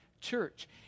church